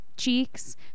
cheeks